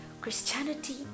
Christianity